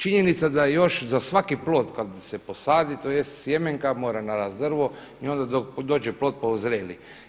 Činjenica da još za svaki plod kada se posadi, tj. sjemenka mora narast drvo i onda dok dođe plod pa ozreli.